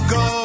go